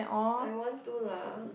I want to lah